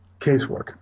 casework